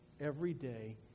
everyday